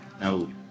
No